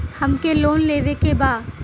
हमके लोन लेवे के बा?